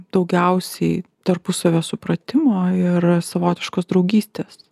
daugiausiai tarpusavio supratimo ir savotiškos draugystės